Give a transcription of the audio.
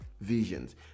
visions